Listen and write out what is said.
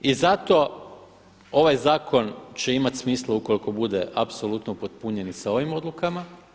I zato ovaj zakon će imati smisla ukoliko bude apsolutno upotpunjen i sa ovim odlukama.